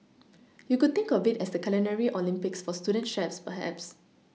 you could think of it as the Culinary Olympics for student chefs perhaps